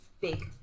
big